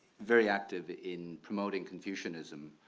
very active in promoting confucianism.